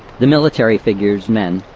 the military figures men.